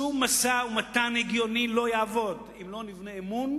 שום משא-ומתן הגיוני לא יעבוד אם לא נבנה אמון